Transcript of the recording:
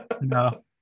no